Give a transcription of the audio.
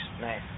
Nice